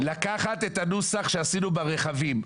לקחת את הנוסח שעשינו ברכבים.